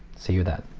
see you then.